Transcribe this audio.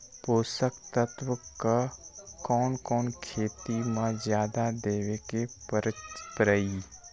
पोषक तत्व क कौन कौन खेती म जादा देवे क परईछी?